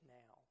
now